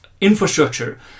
infrastructure